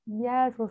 Yes